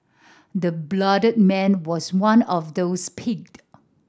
the bloodied man was one of those picked